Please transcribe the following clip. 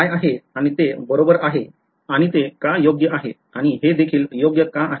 काय आहे आणि ते बरोबर आहे आणि ते योग्य का आहे आणि हे देखील योग्य का आहे